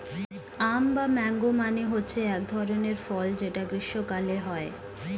আম বা ম্যাংগো মানে হচ্ছে এক ধরনের ফল যেটা গ্রীস্মকালে হয়